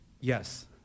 Yes